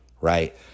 right